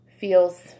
feels